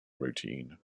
routine